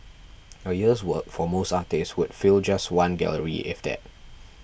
a year's work for most artists would fill just one gallery if that